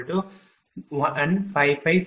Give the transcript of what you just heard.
48 kW